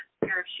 parachute